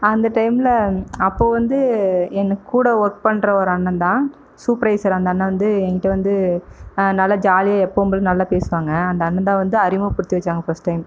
அந்த டைமில் அப்போது வந்து என் கூட ஒர்க் பண்ணுற ஒரு அண்ணன் தான் சூப்பர்வைஸர் அந்த அண்ணன் வந்து எங்கிட்ட வந்து நல்லா ஜாலியாக எப்போதும் போல நல்லா பேசுவாங்க அந்த அண்ணன் தான் வந்து அறிமுகப்படுத்தி வைச்சாங்க ஃபஸ்ட் டைம்